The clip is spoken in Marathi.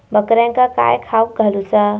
बकऱ्यांका काय खावक घालूचा?